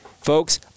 Folks